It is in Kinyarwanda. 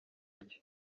iki